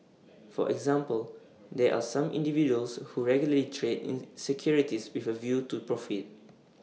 for example there are some individuals who regularly trade in securities with A view to profit